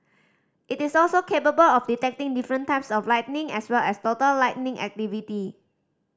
it is also capable of detecting different types of lightning as well as total lightning activity